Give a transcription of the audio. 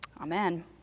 amen